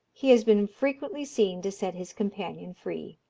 he has been frequently seen to set his companion free.